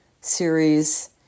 series